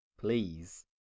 Please